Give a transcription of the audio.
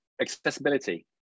Accessibility